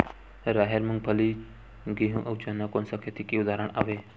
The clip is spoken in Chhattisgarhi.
राहेर, मूंगफली, गेहूं, अउ चना कोन सा खेती के उदाहरण आवे?